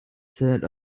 said